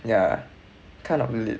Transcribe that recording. yeah kind of lit